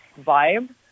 vibe